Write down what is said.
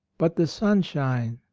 but the sunshine,